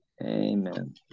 Amen